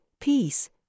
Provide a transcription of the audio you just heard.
peace